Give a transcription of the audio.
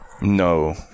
No